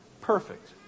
perfect